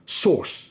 source